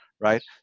right